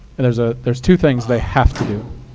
and there's ah there's two things they have to do.